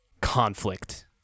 conflict